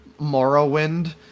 Morrowind